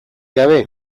gabe